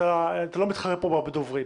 אתה לא מתחרה פה בדוברים.